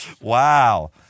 Wow